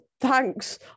Thanks